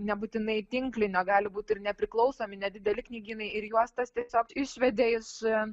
nebūtinai tinklinio gali būti ir nepriklausomi nedideli knygynai ir juos tas tiesiog išvedė iš